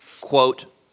quote